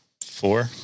Four